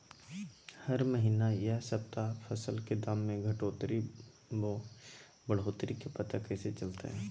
हरी महीना यह सप्ताह फसल के दाम में घटोतरी बोया बढ़ोतरी के पता कैसे चलतय?